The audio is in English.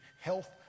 health